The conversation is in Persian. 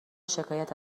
شکایت